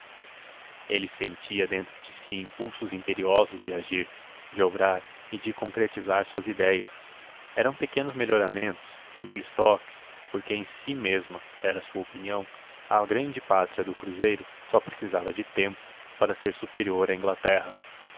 ele sentia dentro de si impulsos imperiosos de agir de obrar e de concretizar suas idéias eram pequenos melhoramentos simples toques porque em si mesma era a sua opinião a grande pátria do cruzeiro só precisava de tempo para ser superior à inglaterra